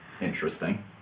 Interesting